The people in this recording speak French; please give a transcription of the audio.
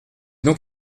donc